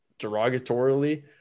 derogatorily